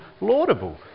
laudable